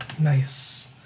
Nice